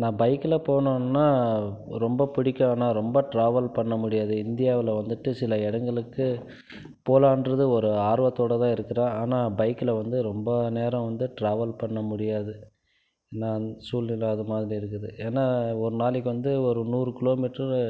நான் பைக்கில் போகணுன்னா ரொம்ப பிடிக்கும் ஆனால் ரொம்ப ட்ராவல் பண்ண முடியாது இந்தியாவில் வந்துட்டு சில இடங்களுக்கு போகலான்றது ஒரு ஆர்வத்தோட தான் இருக்கிறேன் ஆனால் பைக்கில் வந்து ரொம்ப நேரம் வந்து ட்ராவல் பண்ண முடியாது நான் சூழ்நிலை அது மாதிரி இருக்குது ஏன்னால் ஒரு நாளைக்கு வந்து ஒரு நூறு கிலோமீட்டரு